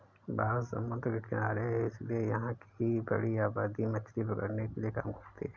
भारत समुद्र के किनारे है इसीलिए यहां की बड़ी आबादी मछली पकड़ने के काम करती है